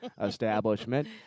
establishment